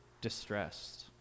distressed